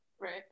Right